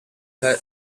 heard